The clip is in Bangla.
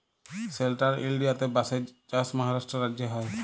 সেলট্রাল ইলডিয়াতে বাঁশের চাষ মহারাষ্ট্র রাজ্যে হ্যয়